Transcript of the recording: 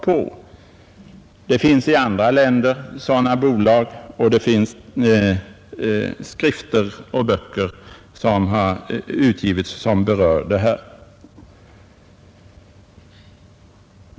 Sådana bolag finns i andra länder, och det finns skrifter utgivna som berör detta ämne.